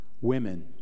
women